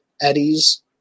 eddies